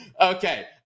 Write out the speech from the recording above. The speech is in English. okay